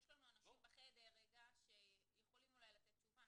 יש לנו אנשים בחדר שיכולים אולי לתת תשובה,